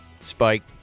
Spike